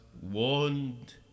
warned